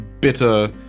bitter